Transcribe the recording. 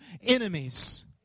enemies